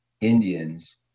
Indians